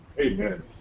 Amen